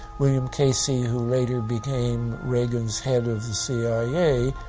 william casey who later became reagan's head of the cia,